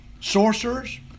sorcerers